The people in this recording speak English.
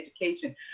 education